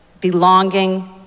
belonging